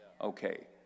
okay